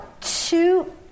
two